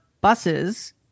buses